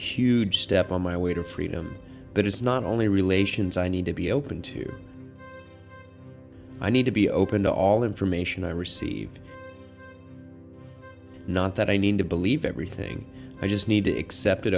huge step on my way to freedom that it's not only relations i need to be open to i need to be open to all information i receive not that i need to believe everything i just need to accept it